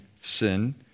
sin